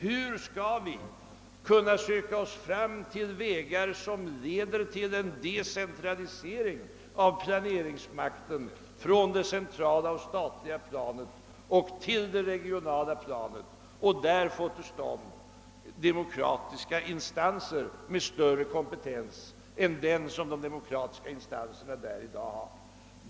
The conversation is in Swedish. Hur skall vi kunna nå fram till vägar som leder till en decentralisering av planeringsmakten från det centrala statliga planet till det regionala och där få till stånd demokratiska instanser med större kompetens än de nuvarande regionala instanserna har?